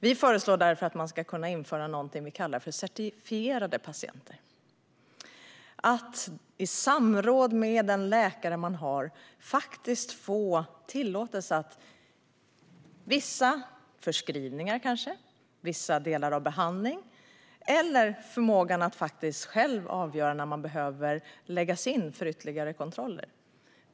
Vi föreslår att man ska införa något som vi kallar för certifierade patienter. I samråd med sin läkare ska man få tillåtelse att kanske förnya vissa förskrivningar, styra vissa delar av behandlingen eller själv avgöra när man behöver läggas in för ytterligare kontroller.